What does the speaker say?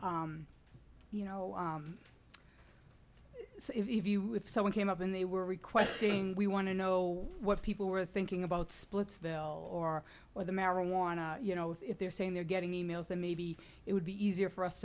you know so if you if someone came up and they were requesting we want to know what people were thinking about splitsville or whether marijuana you know if they're saying they're getting e mails that maybe it would be easier for us